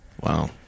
Wow